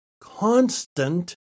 constant